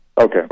Okay